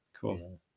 cool